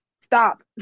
stop